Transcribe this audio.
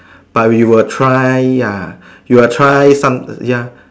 but we were try ya we will try some ya